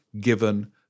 given